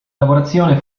lavorazione